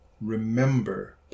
Remember